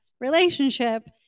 relationship